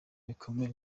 bikomeye